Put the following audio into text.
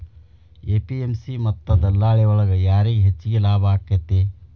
APMC ಮತ್ತ ದಲ್ಲಾಳಿ ಒಳಗ ಯಾರಿಗ್ ಹೆಚ್ಚಿಗೆ ಲಾಭ ಆಕೆತ್ತಿ?